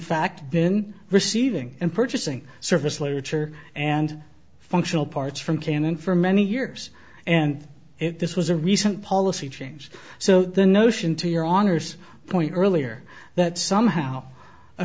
fact been receiving in purchasing service literature and functional parts from canon for many years and if this was a recent policy change so the notion to your honor's point earlier that somehow a